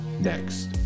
next